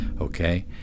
okay